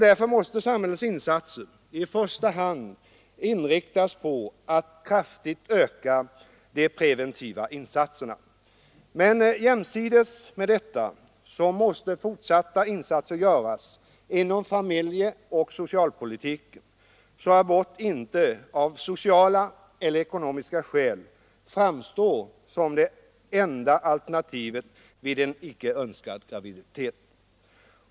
Därför måste samhällets insatser i första hand inriktas på att kraftigt öka de preventiva insatserna. Men jämsides med detta måste fortsatta insatser göras inom familjeoch socialpolitiken, så att abort inte av sociala eller ekonomiska skäl framstår som det enda alternativet vid en inträffad icke önskad graviditet.